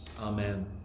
Amen